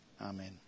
Amen